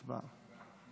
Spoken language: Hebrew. הצבעה.